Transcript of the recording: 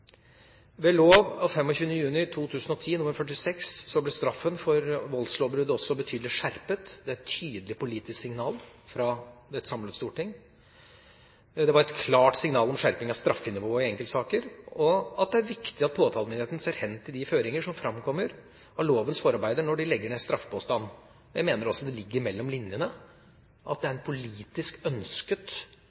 Ved lov 25. juni 2010 nr. 46 ble straffen for voldslovbrudd betydelig skjerpet. Det var et tydelig politisk signal fra et samlet storting. Det var et klart signal om skjerping av straffenivået i enkeltsaker, og det er viktig at påtalemyndigheten ser hen til de føringer som framkommer av lovens forarbeider, når de legger ned straffepåstand. Jeg mener også det ligger mellom linjene at det er en politisk ønsket